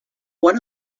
one